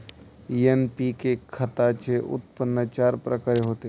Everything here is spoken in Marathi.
एन.पी.के खताचे उत्पन्न चार प्रकारे होते